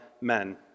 men